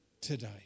today